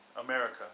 America